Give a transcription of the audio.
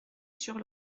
sur